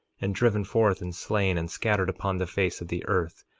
and driven forth, and slain, and scattered upon the face of the earth,